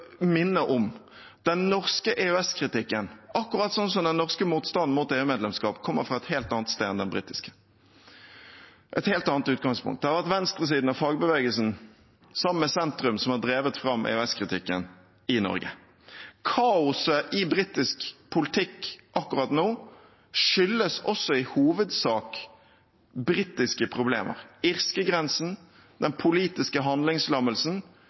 minne om: Den norske EØS-kritikken – akkurat som den norske motstanden mot EU-medlemskap – kommer fra et helt annet sted enn den britiske, med et helt annet utgangspunkt. Det har vært venstresiden og fagbevegelsen, sammen med sentrum, som har drevet fram EØS-kritikken i Norge. Kaoset i britisk politikk akkurat nå skyldes i hovedsak britiske problemer – irskegrensen, den politiske handlingslammelsen.